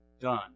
done